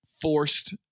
forced